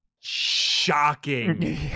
shocking